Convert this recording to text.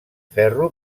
ferro